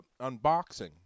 unboxing